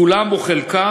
כולם או חלקם,